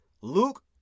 Luke